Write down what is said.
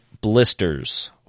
blisters